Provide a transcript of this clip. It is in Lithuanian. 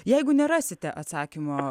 jeigu nerasite atsakymo